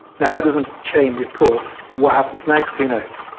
yeah that doesn't change, of course. what happens next, who knows,